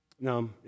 no